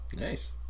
Nice